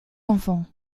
enfants